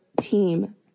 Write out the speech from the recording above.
team